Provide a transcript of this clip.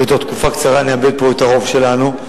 ובתוך תקופה קצרה נאבד פה את הרוב שלנו.